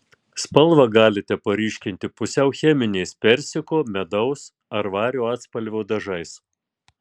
spalvą galite paryškinti pusiau cheminiais persiko medaus ar vario atspalvio dažais